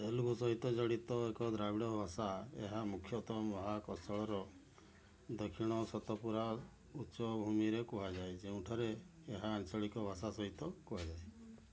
ତେଲୁଗୁ ସହିତ ଜଡ଼ିତ ଏକ ଦ୍ରାବିଡ଼ ଭାଷା ଏହା ମୁଖ୍ୟତଃ ମହାକୋଶଳର ଦକ୍ଷିଣ ସାତପୁରା ଉଚ୍ଚ ଭୂମିରେ କୁହାଯାଏ ଯେଉଁଠାରେ ଏହା ଆଞ୍ଚଳିକ ଭାଷା ସହିତ କୁହାଯାଏ